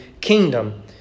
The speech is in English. kingdom